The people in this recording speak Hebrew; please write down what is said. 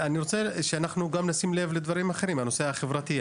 אני רוצה שאנחנו נשים לב גם לדברים אחרים לנושא החברתי,